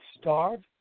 starve